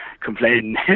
complaining